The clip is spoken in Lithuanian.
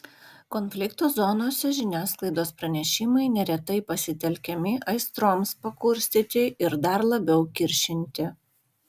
konflikto zonose žiniasklaidos pranešimai neretai pasitelkiami aistroms pakurstyti ir dar labiau kiršinti